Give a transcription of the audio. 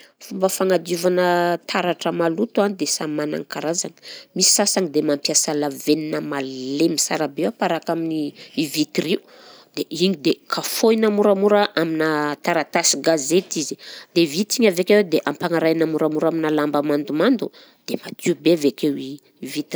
Fomba fangadiovana taratra maloto a dia samy manana ny karazany, misy sasany dia mampiasa lavenona malemy sara be amparaka amin'ny i vitre io, dia igny dia kafôhina moramora aminà taratasy gazety izy, dia vita igny avy akeo dia ampanarahina moramora aminà lamba mandomando dia madio be avy akeo i vitre.